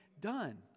done